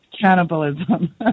cannibalism